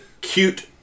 cute